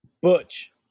butch